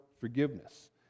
forgiveness